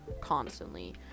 constantly